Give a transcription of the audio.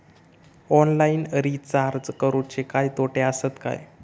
Online recharge करुचे काय तोटे आसत काय?